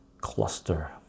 cluster